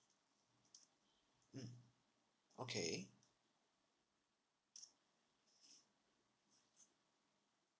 mm okay